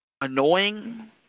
annoying